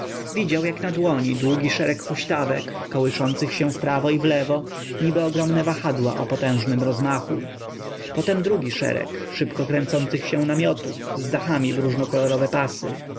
widział jak na dłoni długi szereg huśtawek kołyszących się wprawo i wlewo niby ogromne wahadła o potężnym rozmachu potem drugi szereg szybko kręcących się namiotów z dachami w różnokolorowe pasy